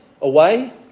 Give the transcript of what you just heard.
away